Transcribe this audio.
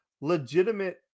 legitimate